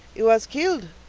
he was killed.